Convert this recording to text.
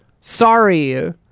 Sorry